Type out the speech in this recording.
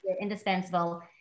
indispensable